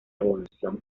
evolución